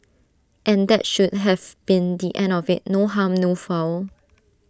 and that should have been the end of IT no harm no foul